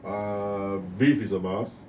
ah beef is a must